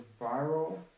viral